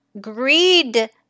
greed